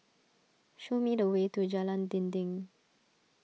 show me the way to Jalan Dinding